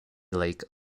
lake